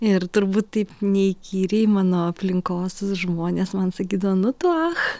ir turbūt taip neįkyriai mano aplinkos žmonės man sakydavo nu tu ach